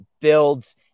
builds